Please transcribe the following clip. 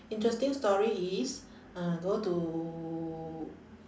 interesting story is uh go to